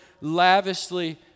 lavishly